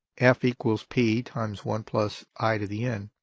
f equals p times one plus i to the n.